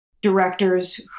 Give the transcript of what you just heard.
directors